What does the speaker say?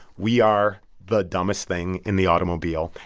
we are the dumbest thing in the automobile.